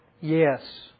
yes